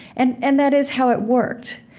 and and that is how it worked.